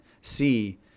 see